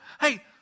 Hey